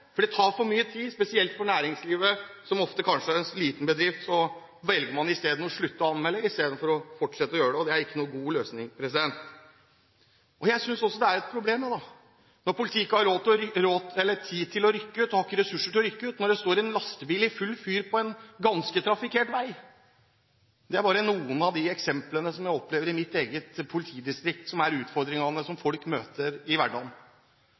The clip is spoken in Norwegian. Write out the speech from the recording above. tar for mye tid. Spesielt i næringslivet, der det ofte kanskje er snakk om en liten bedrift, velger man å slutte å anmelde istedenfor å fortsette å gjøre det, og det er ikke noen god løsning. Jeg synes også det er et problem når politiet ikke har tid til og ikke har ressurser til å rykke ut når det står en lastebil i full fyr på en ganske trafikkert vei. Dette er bare noen av de eksemplene som jeg opplever i mitt eget politidistrikt på utfordringer som folk møter i hverdagen.